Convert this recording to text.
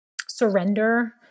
surrender